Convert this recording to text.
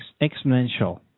exponential